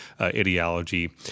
ideology